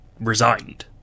resigned